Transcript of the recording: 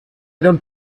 don’t